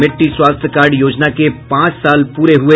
मिट्टी स्वास्थ्य कार्ड योजना के पांच साल पूरे हुए